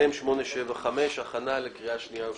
התשע"ד-2014 (מ/875) הכנה לקריאה שנייה ושלישית.